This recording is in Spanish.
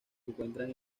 encuentran